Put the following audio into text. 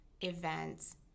events